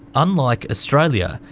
unlike australia,